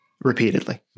repeatedly